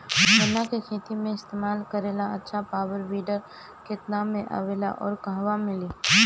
गन्ना के खेत में इस्तेमाल करेला अच्छा पावल वीडर केतना में आवेला अउर कहवा मिली?